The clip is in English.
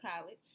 college